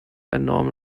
enormen